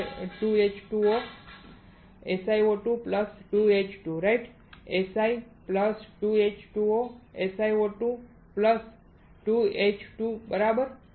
Si 2H2O SiO2 2H2 બરાબર